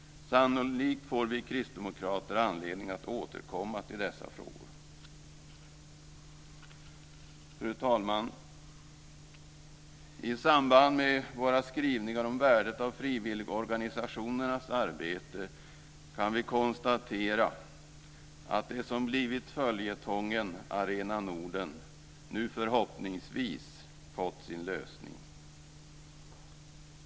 Sannolikt får vi kristdemokrater anledning att återkomma till dessa frågor. Fru talman! I samband med våra skrivningar om värdet av frivilligorganisationernas arbete kan vi konstatera att det som blivit följetongen Arena Norden nu förhoppningsvis fått sin lösning.